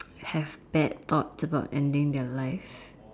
have bad thoughts about ending their lives